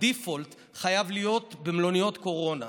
ה-default חייב להיות במלוניות קורונה.